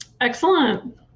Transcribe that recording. Excellent